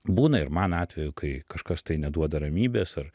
būna ir man atvejų kai kažkas tai neduoda ramybės ar